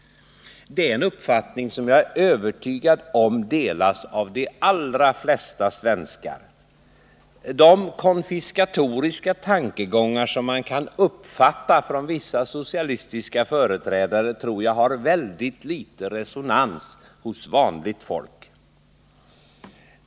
Jag är övertygad om att denna uppfattning delas av de allra flesta svenskar. De konfiskatoriska tankegångar som mån kan uppfatta från vissa socialistiska företrädare tror jag finner väldigt litet resonans hos vanligt folk.